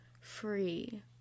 Free